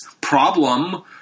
problem